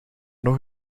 nog